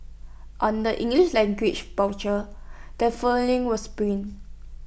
on the English language brochure the following was printed